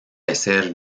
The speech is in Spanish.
hacer